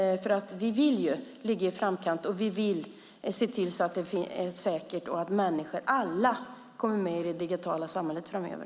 Vi vill ju ligga i framkant. Vi vill att det ska vara säkert och vi vill att alla ska komma med i det digitala samhället framöver.